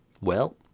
Well